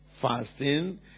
fasting